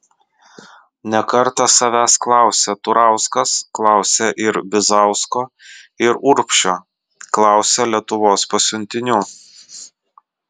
ne kartą savęs klausė turauskas klausė ir bizausko ir urbšio klausė lietuvos pasiuntinių